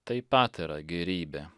taip pat yra gėrybė